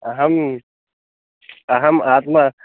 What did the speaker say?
अहम् अहम् आत्म